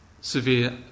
Severe